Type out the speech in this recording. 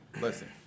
listen